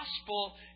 gospel